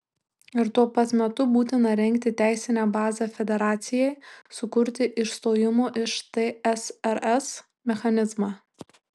ir tuo pat metu būtina rengti teisinę bazę federacijai sukurti išstojimo iš tsrs mechanizmą